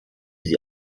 sie